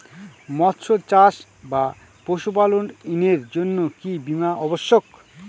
মৎস্য চাষ বা পশুপালন ঋণের জন্য কি বীমা অবশ্যক?